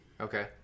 Okay